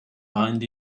bind